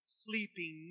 sleeping